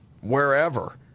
wherever